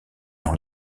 dans